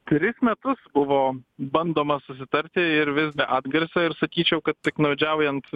tris metus buvo bandoma susitarti ir vis be atgarsio ir sakyčiau kad piktnaudžiaujant